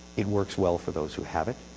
it works well for those who have it.